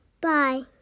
Bye